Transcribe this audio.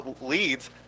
leads